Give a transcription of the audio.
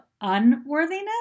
unworthiness